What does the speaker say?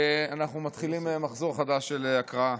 אנחנו מתחילים מחזור חדש של הקראה.